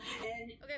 Okay